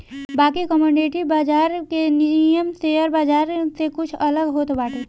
बाकी कमोडिटी बाजार के नियम शेयर बाजार से कुछ अलग होत बाटे